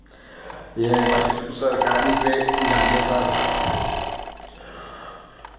ये भाई सरकारी पे जाने पर